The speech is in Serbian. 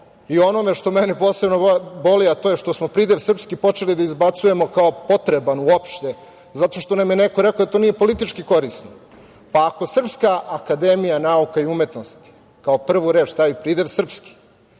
o onome što mene posebno boli, a to je što smo pridev – srpski, počeli da izbacujemo kao potreban uopšte, zato što nam je neko rekao da to nije politički korisno. Ako Srpska akademija nauke i umetnosti kao prvu reč stavi pridev srpski,